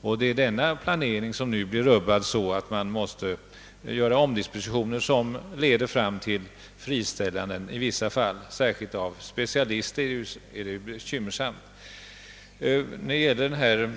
Och det är den planeringen som nu rubbas. Berörda industrier måste då vidta omdispositioner, som i vissa fall leder till friställanden av arbetskraft. Särskilt bekymmersamt är läget för specialister av olika slag. Vad sedan gäller de prutningar